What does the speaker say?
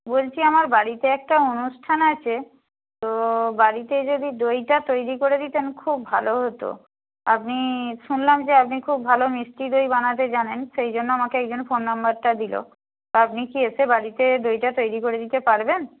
বলছি আমার বাড়িতে একটা অনুষ্ঠান আছে তো বাড়িতে যদি দইটা তৈরি করে দিতেন খুব ভালো হতো আপনি শুনলাম যে আপনি খুব ভালো মিষ্টি দই বানাতে জানেন সেই জন্য আমাকে একজন ফোন নাম্বারটা দিল তো আপনি কি এসে বাড়িতে দইটা তৈরি করে দিতে পারবেন